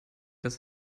das